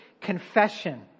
confession